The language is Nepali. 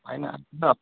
होइन त